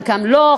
חלקם לא,